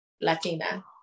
Latina